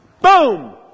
boom